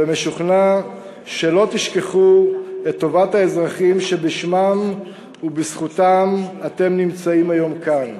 ומשוכנע שלא תשכחו את טובת האזרחים שבשמם ובזכותם אתם נמצאים היום כאן.